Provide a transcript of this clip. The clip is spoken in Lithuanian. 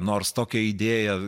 nors tokia idėja